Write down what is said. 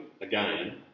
again